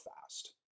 fast